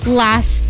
last